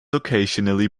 occasionally